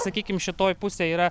sakykim šitoj pusėj yra